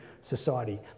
society